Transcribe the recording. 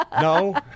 No